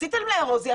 עשיתם ארוזיה,